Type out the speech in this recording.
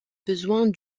besoins